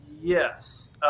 yes